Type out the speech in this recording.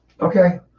Okay